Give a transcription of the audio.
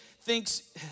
thinks